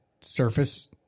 surface